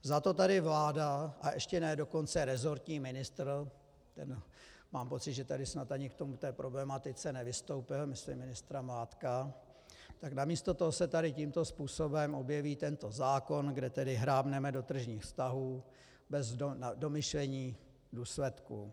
Zato tady vláda a ještě ne dokonce resortní ministr, ten mám pocit, že k té problematice ani nevystoupil, myslím ministra Mládka tak namísto toho se tady tímto způsobem objeví tento zákon, kde hrábneme do tržních vztahů bez domyšlení důsledků.